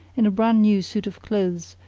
in a brand-new suit of clothes,